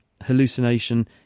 Hallucination